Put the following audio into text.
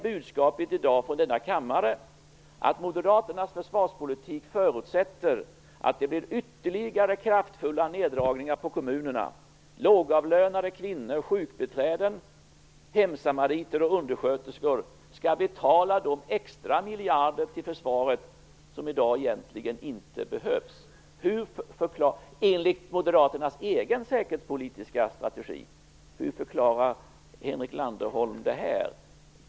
Budskapet i dag från denna kammare är att Moderaternas försvarspolitik förutsätter att det blir ytterligare kraftfulla neddragningar på kommunerna. Lågavlönade kvinnor, sjukvårdsbiträden, hemsamariter och undersköterskor, skall betala de extra miljarder till försvaret som i dag egentligen inte behövs, enligt Moderaternas egen säkerhetspolitiska strategi. Hur förklarar Henrik Landerholm det här?